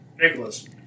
Nicholas